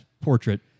portrait